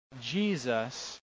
Jesus